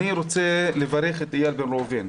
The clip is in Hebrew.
אני רוצה לברך את איל בן ראובן.